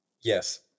Yes